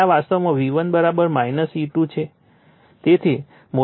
તેથી આ વાસ્તવમાં V1 E1 છે